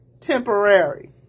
temporary